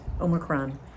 Omicron